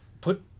put